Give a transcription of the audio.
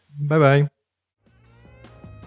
Bye-bye